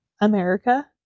America